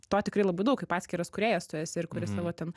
to tikrai labai daug kaip atskiras kūrėjas tu esi ir kuri savo ten